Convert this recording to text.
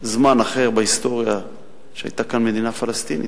זמן אחר בהיסטוריה שהיתה כאן מדינה פלסטינית,